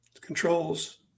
controls